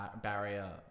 barrier